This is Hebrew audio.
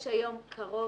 יש היום קרוב